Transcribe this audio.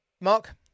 Mark